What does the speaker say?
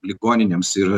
ligoninėms ir